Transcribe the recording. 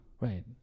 Right